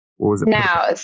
Now